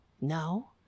No